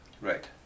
Right